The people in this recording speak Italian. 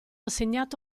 assegnato